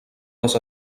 les